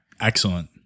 Excellent